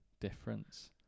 Difference